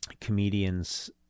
comedians